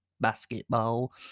Basketball